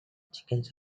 chickens